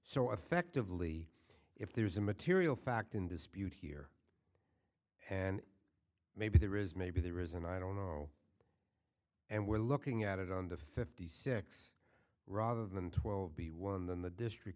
so affectively if there is a material fact in dispute here and maybe there is maybe there is and i don't know and we're looking at it under fifty six rather than twelve b one then the district